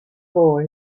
boy